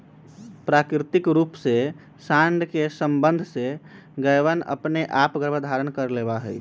प्राकृतिक रूप से साँड के सबंध से गायवनअपने आप गर्भधारण कर लेवा हई